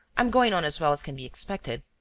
i'm going on as well as can be expected.